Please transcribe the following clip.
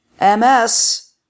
MS